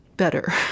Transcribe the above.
Better